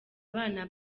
abana